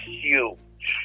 huge